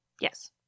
Yes